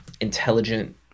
intelligent